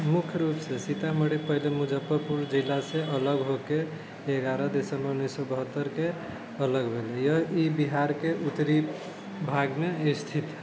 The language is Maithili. मुख्य रुपसँ पहले सीतामढ़ी जिला मुजफ्फरपुर जिलासँ अलग होके एगारह दिसम्बर उन्नीस सए बहत्तरिके अलग भेलै ई बिहारके उत्तरी भागमे स्थित है